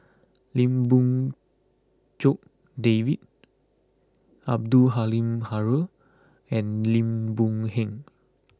Lim Fong Jock David Abdul Halim Haron and Lim Boon Heng